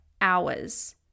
hours